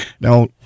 Now